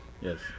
yes